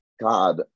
god